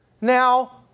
Now